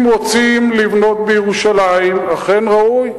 אם רוצים לבנות בירושלים, אכן ראוי,